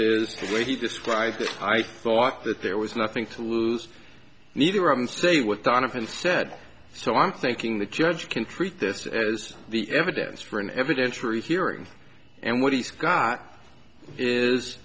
the way he described it i thought that there was nothing to lose neither of them say what donovan said so i'm thinking the judge can treat this as the evidence for an evidentiary hearing and what he's got is